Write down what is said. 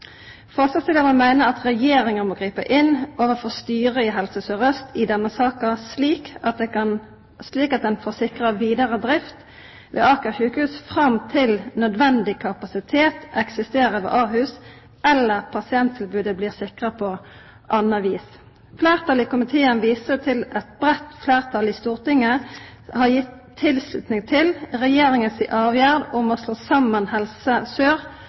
Forslagsstillarane meiner at Regjeringa må gripa inn overfor styret i Helse Sør-Øst i denne saka, slik at ein får sikra vidare drift ved Aker sykehus fram til nødvendig kapasitet eksisterer ved Ahus eller pasienttilbodet blir sikra på anna vis. Fleirtalet i komiteen viser til at eit breitt fleirtal i Stortinget har gitt si tilslutning til Regjeringa si avgjerd om å slå saman Helse Sør